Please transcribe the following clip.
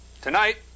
Tonight